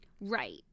right